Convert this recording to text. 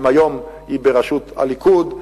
אם היום היא בראשות הליכוד,